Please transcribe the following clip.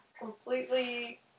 Completely